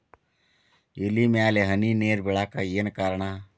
ಎಲೆ ಮ್ಯಾಲ್ ಹನಿ ನೇರ್ ಬಿಳಾಕ್ ಏನು ಕಾರಣ?